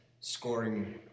scoring